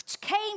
came